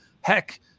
heck